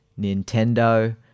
Nintendo